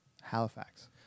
Halifax